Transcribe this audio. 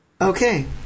Okay